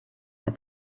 are